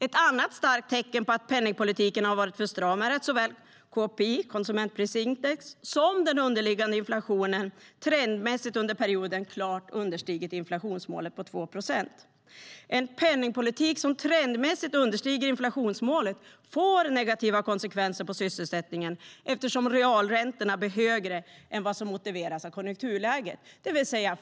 Ett annat starkt tecken på att penningpolitiken har varit för stram är att såväl KPI, konsumentprisindex, som den underliggande inflationen trendmässigt under perioden klart understigit inflationsmålet på 2 procent. En penningpolitik som trendmässigt understiger inflationsmålet får negativa konsekvenser för sysselsättningen eftersom realräntorna blir högre än vad som motiveras av konjunkturläget.